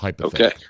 Okay